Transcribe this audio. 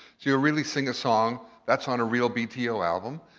you really sing a song that's on a real bto album,